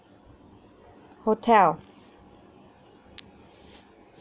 hotel